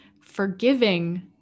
forgiving